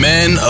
Men